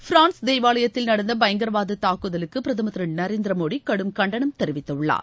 France தேவாலயத்தில் நடந்த பயங்கரவாத தாக்குதலுக்கு பிரதமர் திரு நரேந்திர மோடி கடும் கண்டனம் தெரிவித்துள்ளார்